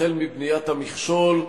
החל מבניית המכשול,